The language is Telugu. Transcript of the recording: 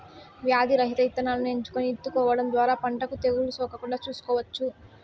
వ్యాధి రహిత ఇత్తనాలను ఎంచుకొని ఇత్తుకోవడం ద్వారా పంటకు తెగులు సోకకుండా చూసుకోవచ్చు